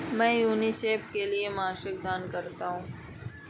मैं यूनिसेफ के लिए मासिक दान करता हूं